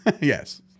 Yes